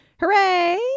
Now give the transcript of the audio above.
Hooray